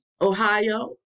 ohio